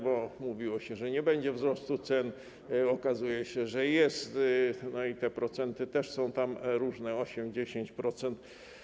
Bo mówiło się, że nie będzie wzrostu cen, a okazuje się, że jest, i te procenty też są tam różne: 8%, 10%.